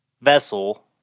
vessel